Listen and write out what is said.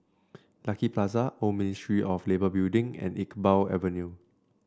Lucky Plaza Old Ministry of Labour Building and Iqbal Avenue